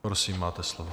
Prosím, máte slovo.